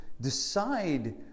decide